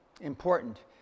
important